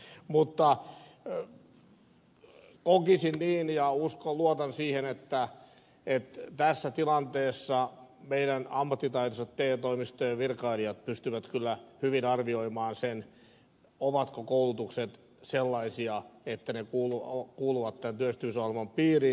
mutta kokisin niin ja luotan siihen että tässä tilanteessa ammattitaitoiset te toimistojen virkailijat pystyvät kyllä hyvin arvioimaan sen ovatko koulutukset sellaisia että ne kuuluvat tämän työllistymisohjelman piiriin